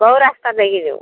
କେଉଁ ରାସ୍ତା ଦେଇକି ଯିବୁ